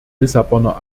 lissabonner